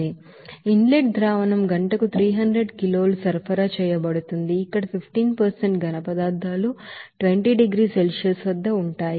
in let solution గంటకు 300 కిలోలు సరఫరా చేయబడుతుంది ఇక్కడ 15 ఘనపదార్థాలు 20 డిగ్రీల సెల్సియస్ వద్ద ఉంటాయి